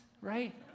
right